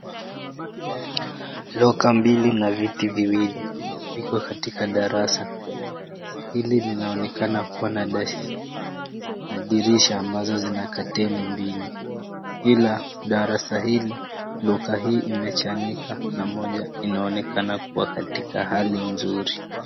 Loka mbili na viti viwili viko katika darasa. Darasa hili linaonekana kuwa na dirisha ambazo zina kateni mbili, ila darasa hili loka hii imechanika na moja inaonekana kuwa katika hali nzuri.